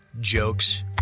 jokes